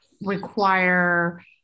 require